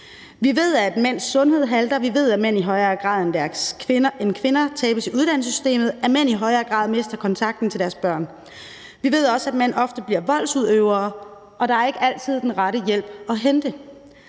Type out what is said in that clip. Vi ved, at mænds sundhed halter. Vi ved, at mænd i højere grad end kvinder tabes i uddannelsessystemet, og at mænd i højere grad mister kontakten til deres børn. Vi ved også, at mænd ofte bliver voldsudøvere, og at der ikke altid er den rette hjælp at hente.